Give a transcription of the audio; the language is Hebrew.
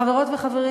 חברות וחברים,